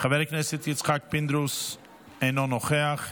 חבר הכנסת יצחק פינדרוס, אינו נוכח,